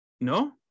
no